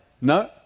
no